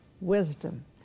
wisdom